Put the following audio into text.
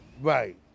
right